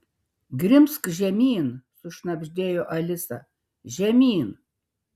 grimzk žemyn sušnabždėjo alisa žemyn